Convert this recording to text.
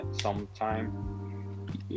Sometime